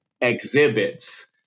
exhibits